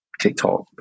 TikTok